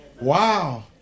Wow